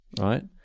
right